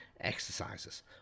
exercises